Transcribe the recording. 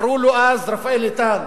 קראו לו אז רפאל איתן